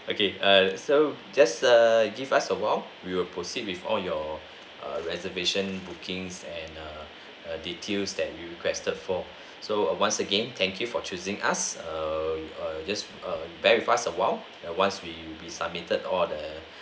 okay err so just err give us a while we will proceed with all your err reservation bookings and err details that you requested for so err once again thank you for choosing us err you uh just bear with us awhile and once we will be submitted all the